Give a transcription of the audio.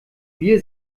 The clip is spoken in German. wir